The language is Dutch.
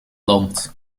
land